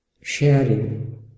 sharing